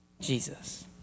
Jesus